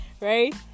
Right